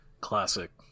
classic